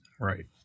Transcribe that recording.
Right